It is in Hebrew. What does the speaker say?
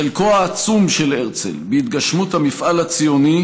חלקו העצום של הרצל בהתגשמות המפעל הציוני